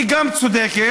היא גם צודקת,